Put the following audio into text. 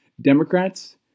Democrats